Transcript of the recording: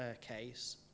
case